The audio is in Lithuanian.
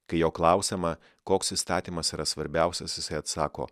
kai jo klausiama koks įstatymas yra svarbiausias jisai atsako